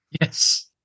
Yes